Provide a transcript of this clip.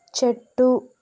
చెట్టు